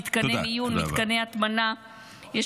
במתקני מיון -- תודה.